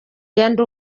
ndi